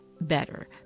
better